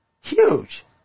huge